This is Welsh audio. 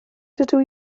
dydw